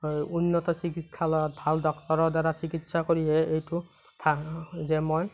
উন্নত চিকিৎসালয়ত ভাল ডক্টৰৰ দ্বাৰা চিকিৎসা কৰিহে এইটো যে মই